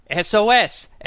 SOS